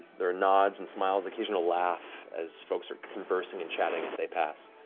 there are nods and smiles, occasional laugh, as folks are conversing and chatting as they pass.